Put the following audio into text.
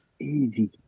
easy